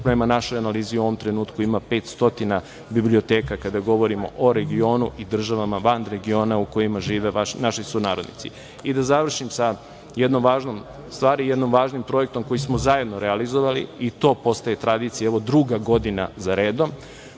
prema našoj analizi u ovom trenutku ima 500 biblioteka kada govorimo o regionu i državama van regiona gde žive naši sunarodnici.I da završim sa jednim važnim projektom koji smo zajedno realizovali i to postaje tradicija, evo druga godina zaredom,